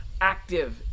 active